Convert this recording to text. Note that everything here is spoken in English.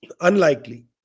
unlikely